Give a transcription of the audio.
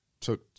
took